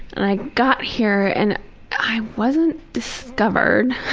and i got here and i wasn't discovered